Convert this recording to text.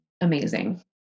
amazing